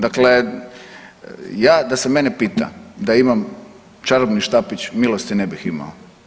Dakle, ja da se mene pita da imam čarobni štapić, milosti ne bih imao.